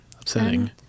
upsetting